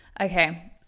Okay